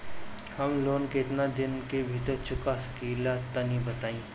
हम लोन केतना दिन के भीतर चुका सकिला तनि बताईं?